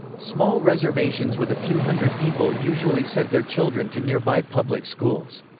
small reservations with a few hundred people usually sent their children to nearby public schools.